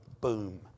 boom